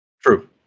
True